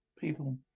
people